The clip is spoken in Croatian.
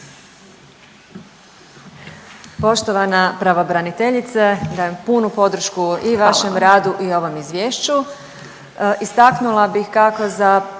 Poštovana pravobraniteljice, dajem punu podršku i vašem radu i ovom izvješću.